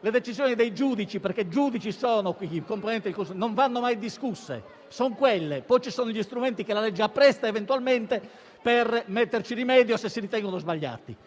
Le decisioni dei giudici - perché tali sono i componenti del consiglio - non vanno mai discusse: sono quelle. Poi, ci sono gli strumenti che la legge appresta eventualmente per porvi rimedio qualora si ritengano sbagliate.